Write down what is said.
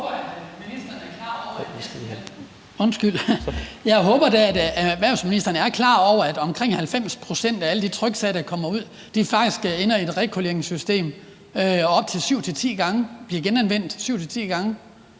Jeg håber da, at erhvervsministeren er klar over, at omkring 90 pct. af alle de tryksager, der kommer ud, faktisk ender i et rekollekteringssystem og bliver genanvendt syv til